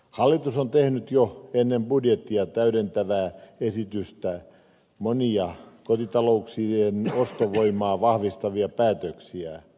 hallitus on tehnyt jo ennen budjettia täydentävää esitystä monia kotitalouksien ostovoimaa vahvistavia päätöksiä